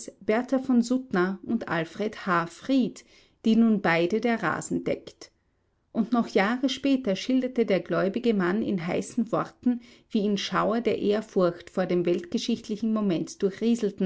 v suttner und alfred h fried die nun beide der rasen deckt und noch jahre später schilderte der gläubige mann in heißen worten wie ihn schauer der ehrfurcht vor dem weltgeschichtlichen moment